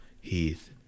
Heath